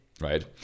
right